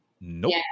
Nope